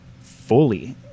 fully